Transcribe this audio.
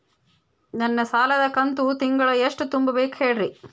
ನನ್ನ ಸಾಲದ ಕಂತು ತಿಂಗಳ ಎಷ್ಟ ತುಂಬಬೇಕು ಹೇಳ್ರಿ?